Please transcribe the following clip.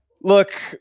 look